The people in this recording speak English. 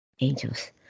Angels